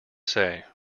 say